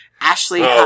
Ashley